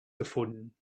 gefunden